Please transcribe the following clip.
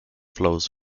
flows